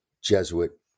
Jesuit